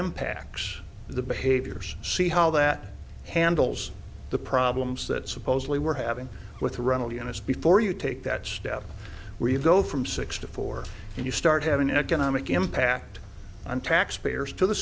impacts the behaviors see how that handles the problems that supposedly were having with ronald young just before you take that step where you go from six to four and you start having economic impact on taxpayers to the